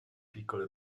piccole